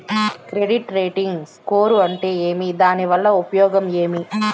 Credit rating score అంటే ఏమి దాని వల్ల ఉపయోగం ఏమి?